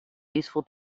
useful